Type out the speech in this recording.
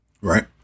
Right